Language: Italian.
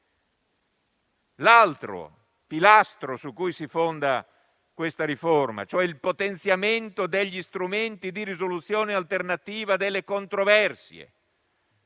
l'altro pilastro su cui si fonda questa riforma, cioè il potenziamento degli strumenti di risoluzione alternativa delle controversie.